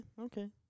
Okay